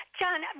John